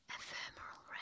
Ephemeral